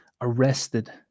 arrested